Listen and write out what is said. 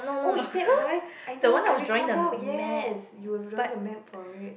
oh is that why I know I recall now yes you were drawing the map for it